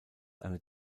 eine